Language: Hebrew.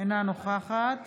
אינה נוכחת